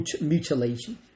mutilation